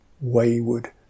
wayward